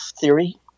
theory